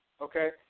Okay